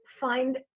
find